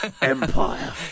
Empire